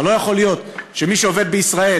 אבל לא יכול להיות שמי שעובד בישראל